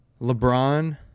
LeBron